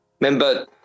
remember